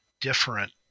different